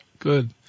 Good